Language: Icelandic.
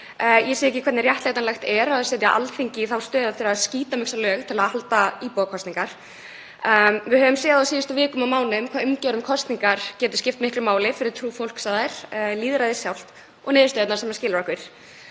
Ég sé ekki hvernig það er réttlætanlegt að setja Alþingi í þá stöðu að þurfa að skítamixa lög til að halda íbúakosningar. Við höfum séð á síðustu vikum og mánuðum hvað umgjörð um kosningar getur skipt miklu máli fyrir trú fólks á þær og lýðræðið sjálft og niðurstöðurnar sem þær skila okkur.